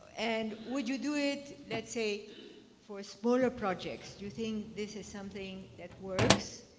and would you do it let's say for a smaller project? do you think this is something that works,